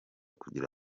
kugira